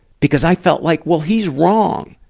because i felt like, well, he's wrong.